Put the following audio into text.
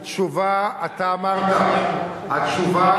התשובה, אתה אמרת, מה אתה מציע?